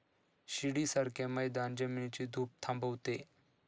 शिडीसारखे मैदान जमिनीची धूप थांबवते